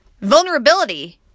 Vulnerability